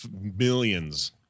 millions